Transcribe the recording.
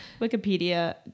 Wikipedia